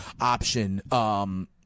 option